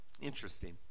Interesting